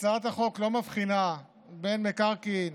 הצעת החוק לא מבחינה בין מקרקעין